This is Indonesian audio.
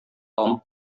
tom